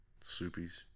Soupies